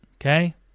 Okay